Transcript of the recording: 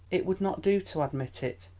it would not do to admit it.